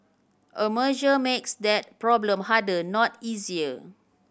a merger makes that problem harder not easier